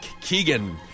Keegan